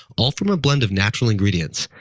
all from a blend of natural ingredients.